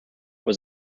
was